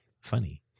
Funny